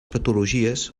patologies